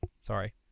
Sorry